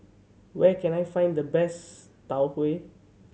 where can I find the best Tau Huay